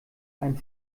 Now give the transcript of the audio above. ein